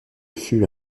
fut